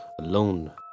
alone